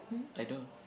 I don't